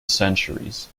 centuries